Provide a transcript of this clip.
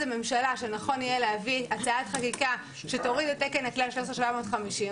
הממשלה שנכון יהיה להביא הצעת חקיקה שתוריד את תקן הכליאה ל-13,750,